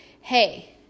hey